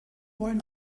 wollen